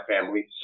family